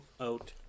out